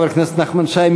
חבר הכנסת נחמן שי,